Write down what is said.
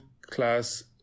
class